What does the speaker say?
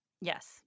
Yes